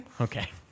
Okay